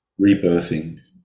rebirthing